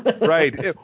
Right